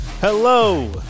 Hello